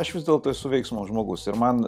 aš vis dėlto esu veiksmo žmogus ir man